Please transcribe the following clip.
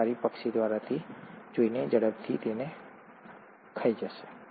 શિકારી પક્ષી દ્વારા જોવામાં આવે છે